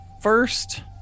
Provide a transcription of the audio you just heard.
first